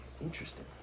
Interesting